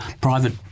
Private